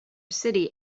city